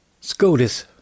SCOTUS